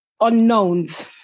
unknowns